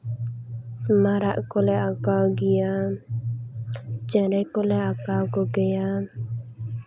ᱢᱟᱨᱟᱜ ᱠᱚᱞᱮ ᱟᱸᱠᱟᱣ ᱜᱮᱭᱟ ᱪᱮᱬᱮ ᱠᱚᱞᱮ ᱟᱸᱠᱟᱣ ᱠᱚᱜᱮᱭᱟ